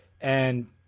and-